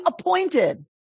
appointed